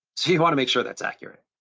so you wanna make sure that's accurate.